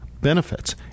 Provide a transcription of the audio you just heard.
benefits